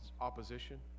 opposition